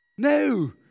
No